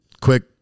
Quick